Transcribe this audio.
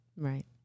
Right